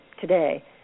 today